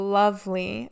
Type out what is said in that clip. lovely